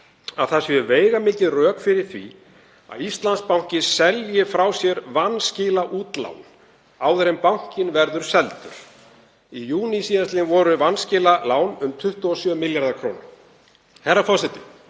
séu veigamikil rök fyrir því að Íslandsbanki selji frá sér vanskilaútlán áður en bankinn verður seldur. Í júní síðastliðnum voru vanskilalán um 27 milljarðar kr. Herra forseti.